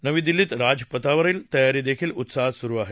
नवी दिल्लीत राजपथावरील तयारी देखील उत्साहात सुरु आहे